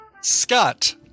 Scott